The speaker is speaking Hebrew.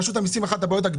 אני בעד משאבי הטבע לקחת מהם.